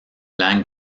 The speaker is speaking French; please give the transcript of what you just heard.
lan